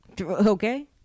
Okay